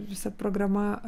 visa programa